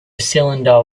cylinder